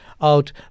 out